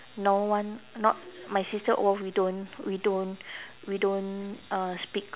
no one not my sister all we don't we don't we don't uh speak